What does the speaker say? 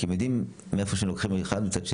הם יודעים שהם לוקחים לצד אחד מצד שני,